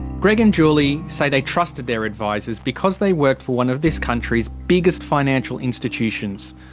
greg and julie say they trusted their advisers because they worked for one of this country's biggest financial institutions,